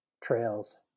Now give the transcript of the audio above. trails